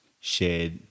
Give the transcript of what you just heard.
shared